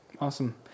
Awesome